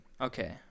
Okay